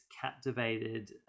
captivated